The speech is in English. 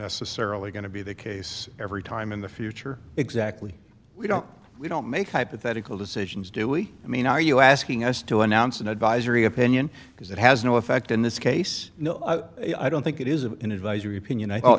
necessarily going to be the case every time in the future exactly we don't we don't make hypothetical decisions do we i mean are you asking us to announce an advisory opinion because it has no effect in this case no i don't think it is of an advisory opinion i